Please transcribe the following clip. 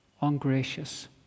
ungracious